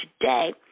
today